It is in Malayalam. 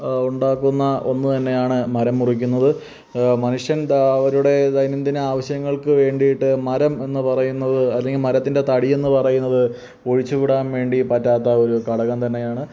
ഉണ്ടാക്കുന്ന ഒന്ന് തന്നെയാണ് മരം മുറിക്കുന്നത് മനുഷ്യൻ അവരുടെ ദൈനംദിനാവശ്യങ്ങൾക്ക് വേണ്ടിയിട്ട് മരം എന്ന് പറയുന്നത് അല്ലെങ്കിൽ മരത്തിൻ്റെ തടി എന്ന് പറയുന്നത് ഒഴിച്ച് കൂടാൻ വേണ്ടി പറ്റാത്ത ഒരു ഘടകം തന്നെയാണ്